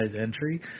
entry